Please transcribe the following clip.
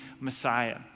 Messiah